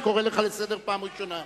אני קורא לך לסדר פעם ראשונה.